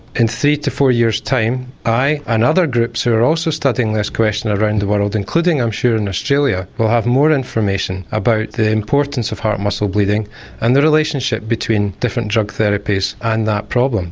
in three to four years time i and other groups who are also studying this question around the world, including i'm sure in australia, will have more information about the importance of heart muscle bleeding and the relationship between different drug therapies and that problem.